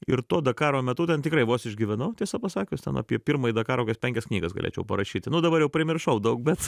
ir to dakaro metu ten tikrai vos išgyvenau tiesa pasakius ten apie pirmąjį dakarą kokias penkias knygas galėčiau parašyti nuo dabar jau primiršau daug bet